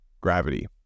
gravity